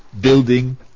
building